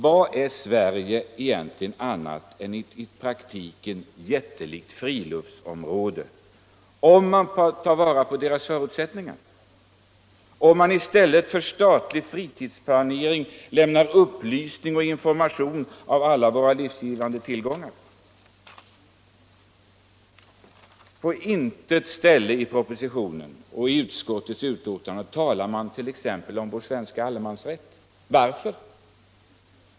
Vad är egentligen Sverige i praktiken annat än ett jättelikt friluftsområde, om man tar vara på förutsättningarna, om man i stället för statlig fritidsplanering lämnar information om alla våra livgivande tillgångar? På intet ställe i propositionen eller i utskottets betänkande talar man t.ex. om vår svenska allemansrätt. Varför?